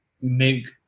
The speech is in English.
make